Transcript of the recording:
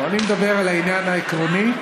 לא, אני מדבר על העניין העקרוני.